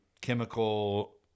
chemical